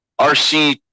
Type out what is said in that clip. RC